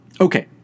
Okay